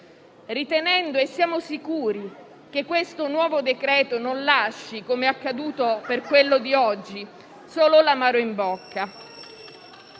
ritenendo - ne siamo sicuri - che questo nuovo decreto non lasci - come accaduto per quello di oggi - solo l'amaro in bocca.